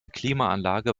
klimaanlage